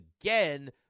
again